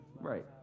Right